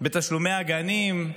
בתשלומי הגנים.